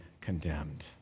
condemned